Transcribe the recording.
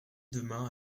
demain